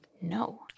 No